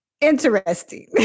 Interesting